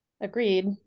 Agreed